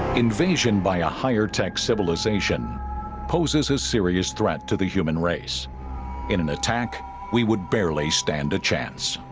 invasion by a higher tech civilization poses a serious threat to the human race in an attack we would barely stand a chance